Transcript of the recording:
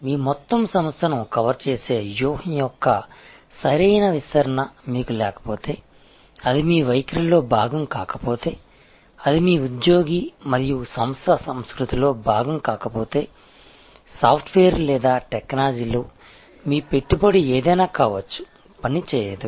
మీ మొత్తం సంస్థను కవర్ చేసే వ్యూహం యొక్క సరైన విస్తరణ మీకు లేకపోతే అది మీ వైఖరిలో భాగం కాకపోతే అది మీ ఉద్యోగి మరియు సంస్థ సంస్కృతిలో భాగం కాకపోతే సాఫ్ట్వేర్ లేదా టెక్నాలజీలో మీ పెట్టుబడి ఏదైనా కావచ్చు పనిచేయదు